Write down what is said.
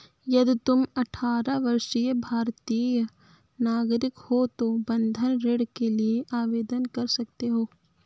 यदि तुम अठारह वर्षीय भारतीय नागरिक हो तो बंधक ऋण के लिए आवेदन कर सकते हो